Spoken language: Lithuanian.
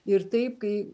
ir taip kai